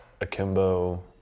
Akimbo